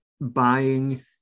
buying